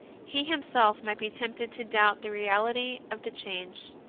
he him self might be tempted to doubt the reality of the change.